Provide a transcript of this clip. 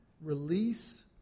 release